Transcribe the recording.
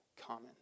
common